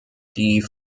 die